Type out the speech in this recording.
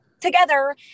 together